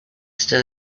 still